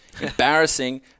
embarrassing